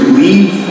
leave